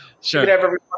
sure